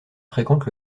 fréquente